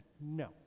No